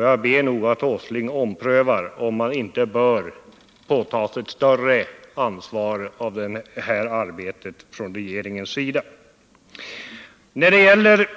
Jag vill be herr Åsling att ompröva om man inte bör påta sig större ansvar för det här arbetet från regeringens sida. När det gäller